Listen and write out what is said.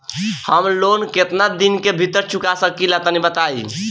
हम लोन केतना दिन के भीतर चुका सकिला तनि बताईं?